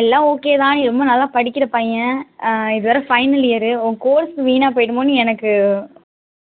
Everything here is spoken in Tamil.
எல்லாம் ஓகே தான் நீ ரொம்ப நல்லா படிக்கிற பையன் இது வேற ஃபைனல் இயரு உன் கோர்ஸ் வீணாக போயிடுமோனு எனக்கு